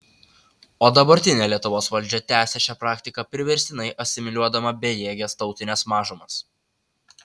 o dabartinė lietuvos valdžia tęsia šią praktiką priverstinai asimiliuodama bejėges tautines mažumas